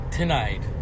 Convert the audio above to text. tonight